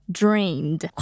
drained